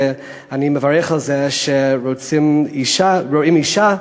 ואני מברך על זה שרואים אישה